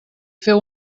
feu